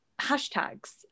hashtags